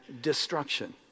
destruction